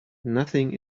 nothing